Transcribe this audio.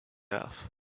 death